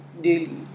daily